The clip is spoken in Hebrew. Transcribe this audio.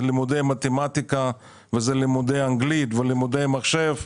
זה לימודי מתמטיקה, לימודי אנגלית, לימודי מחשב.